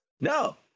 No